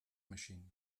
machine